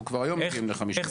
אנחנו כבר היום מגיעים ל-50%.